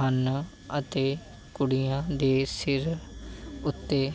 ਹਨ ਅਤੇ ਕੁੜੀਆਂ ਦੇ ਸਿਰ ਉੱਤੇ